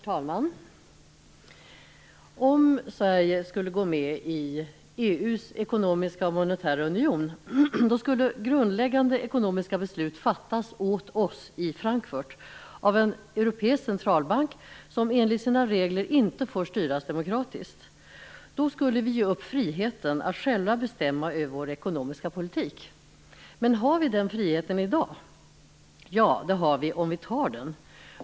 Herr talman! Om Sverige skulle gå med i EU:s ekonomiska och monetära union skulle grundläggande beslut fattas åt oss i Frankfurt av en europeisk centralbank som enligt sina regler inte får styras demokratiskt. Då skulle vi ge upp friheten att själva bestämma över vår ekonomiska politik. Men har vi den friheten i dag? Ja, det har vi - om vi tar den.